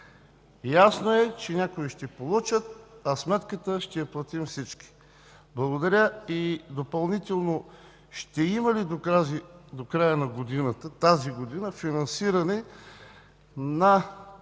Ясно е, че някои ще получат, а сметката ще я платим всички. Допълнително: ще има ли до края на тази година финансиране на